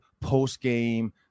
post-game